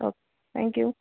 okay thank you